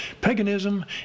paganism